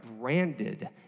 branded